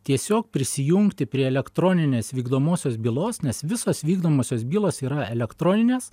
tiesiog prisijungti prie elektroninės vykdomosios bylos nes visos vykdomosios bylos yra elektroninės